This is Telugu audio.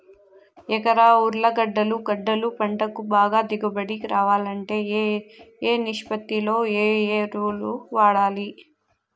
ఎకరా ఉర్లగడ్డలు గడ్డలు పంటకు బాగా దిగుబడి రావాలంటే ఏ ఏ నిష్పత్తిలో ఏ ఎరువులు వాడాలి?